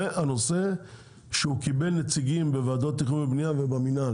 והנושא שהוא קיבל נציגים בוועדות תכנון ובניה ובמנהל,